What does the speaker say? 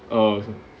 oh okay